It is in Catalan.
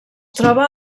troba